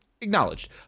acknowledged